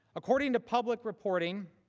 according to public reporting,